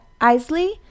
Isley